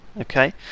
Okay